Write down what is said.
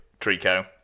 Trico